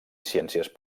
ciències